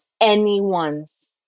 anyone's